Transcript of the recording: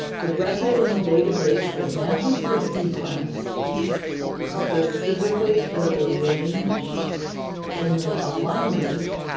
the record in the data base that matches your sequence specifically for the range in the alignments